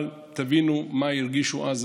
אבל תבינו מה הרגישו אז,